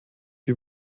die